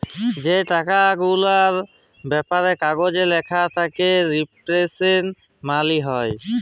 যে টাকা গুলার ব্যাপারে কাগজে ল্যাখা থ্যাকে রিপ্রেসেলট্যাটিভ মালি হ্যয়